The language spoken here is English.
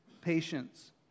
patience